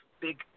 big